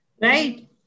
Right